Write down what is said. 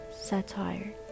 Satire